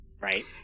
right